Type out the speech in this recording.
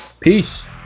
Peace